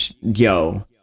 Yo